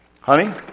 Honey